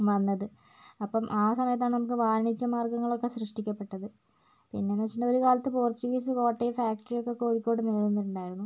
വന്നത് അപ്പം ആ സമയത്താണ് നമുക്ക് വാണിജ്യ മാർഗ്ഗങ്ങളൊക്കെ സൃഷ്ടിക്കപ്പെട്ടത് പിന്നെന്ന് വെച്ചിട്ടുണ്ടെങ്കിൽ ഒരു കാലത്ത് പോർച്ചുഗീസ് കോട്ട ഫാക്ടറിയൊക്കെ കോഴിക്കോട് നിലനിന്നിട്ടുണ്ടായിരുന്നു